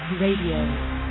Radio